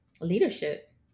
leadership